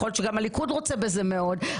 יכול להיות שגם הליכוד רוצה בזה מאוד,